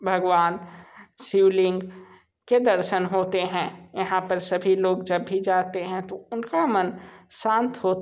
भगवान शिवलिंग के दर्शन होते है यहाँ पर सभी लोग जब भी जाते हैं तो उन का मन शांत हो